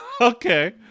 Okay